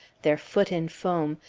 their foot in foam,